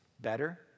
better